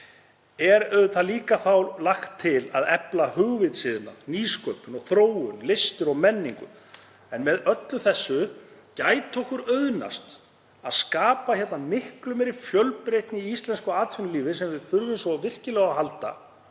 er auðvitað líka lagt til að efla hugvitsiðnað, nýsköpun og þróun, listir og menningu. En með öllu þessu gæti okkur auðnast að skapa miklu meiri fjölbreytni í íslensku atvinnulífi, sem við þurfum svo virkilega á að halda,